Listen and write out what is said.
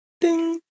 ding